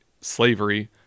slavery